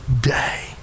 day